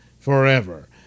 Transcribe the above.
forever